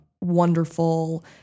wonderful